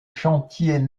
chantiers